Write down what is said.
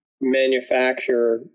manufacture